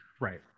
Right